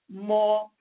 more